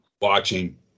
watching